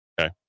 okay